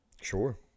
Sure